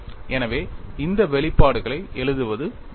எனவே இந்த வெளிப்பாடுகளை எழுதுவது மதிப்பு